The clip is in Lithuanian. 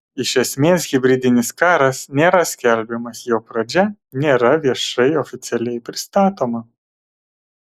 iš esmės hibridinis karas nėra skelbiamas jo pradžia nėra viešai oficialiai pristatoma